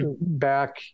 back